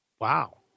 Wow